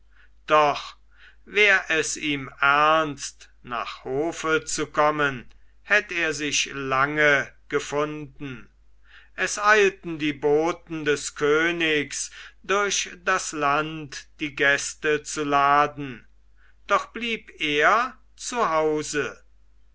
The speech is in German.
doch wär es ihm ernst nach hofe zu kommen hätt er sich lange gefunden es eilten die boten des königs durch das land die gäste zu laden doch blieb er